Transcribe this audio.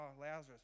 Lazarus